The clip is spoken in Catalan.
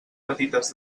petites